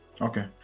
Okay